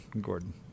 Gordon